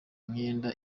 myenda